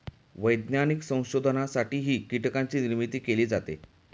वैज्ञानिक संशोधनासाठीही कीटकांची निर्मिती केली जाते